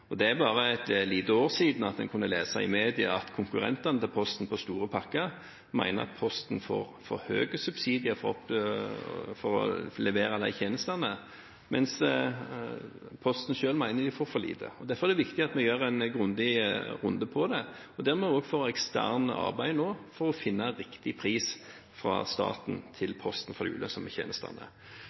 Det er bare et lite år siden en kunne lese i media at konkurrentene til Posten på store pakker mener at Posten får for høye subsidier for å levere de tjenestene, mens Posten selv mener de får for lite. Derfor er det viktig at vi gjør en grundig runde på det, og der vi nå også får et eksternt arbeid for å finne riktig pris fra staten til Posten for de ulønnsomme tjenestene.